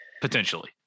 potentially